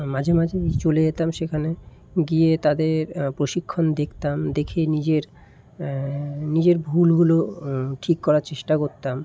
মাঝে মাঝেই চলে যেতাম সেখানে গিয়ে তাদের প্রশিক্ষণ দেখতাম দেখে নিজের নিজের ভুলগুলো ঠিক করার চেষ্টা করতাম